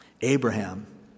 Abraham